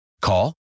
Call